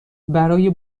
برای